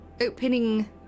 opening